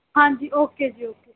ਹਾਂਜੀ ਓਕੇ ਜੀ ਓਕੇ